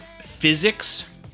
physics